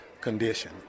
condition